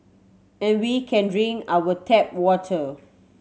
and we can drink our tap water